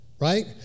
right